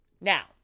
now